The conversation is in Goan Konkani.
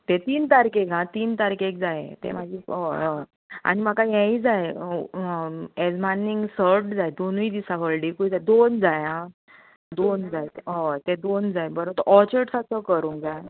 ते तीन तारकेक आं तीन तारकेक जाये तें मागीर हय हय आनी म्हाका हेयी जाय येजमान्नीक सट जाय दोनूय दिसाक हळदिकूय जाय दोन जाय आं दोन जाय ते हय ते दोन जाय परत ऑचर्डसाचो कर